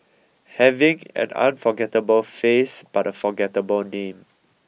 having an unforgettable face but a forgettable name